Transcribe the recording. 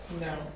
No